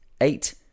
eight